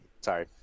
Sorry